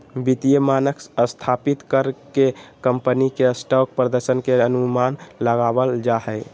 वित्तीय मानक स्थापित कर के कम्पनी के स्टॉक प्रदर्शन के अनुमान लगाबल जा हय